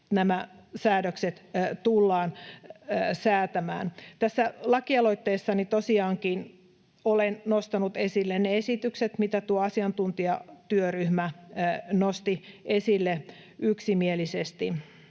nämä säädökset tullaan säätämään. Tässä lakialoitteessani tosiaankin olen nostanut esille ne esitykset, mitä tuo asiantuntijatyöryhmä nosti esille yksimielisesti.